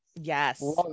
Yes